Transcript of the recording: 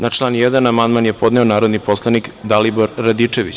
Na član 1. amandman je podneo narodni poslanik Dalibor Radičević.